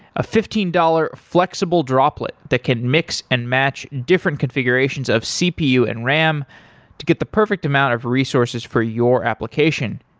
a fifteen dollars flexible droplet that can mix and match different configurations of cpu and ram to get the perfect amount of resources for your application.